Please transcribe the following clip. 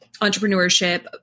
entrepreneurship